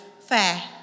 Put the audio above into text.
Fair